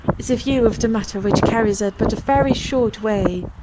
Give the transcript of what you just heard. is a view of the matter which carries us but a very short way,